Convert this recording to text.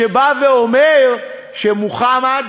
שאומר שמוחמד,